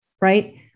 right